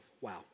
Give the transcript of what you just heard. Wow